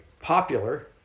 popular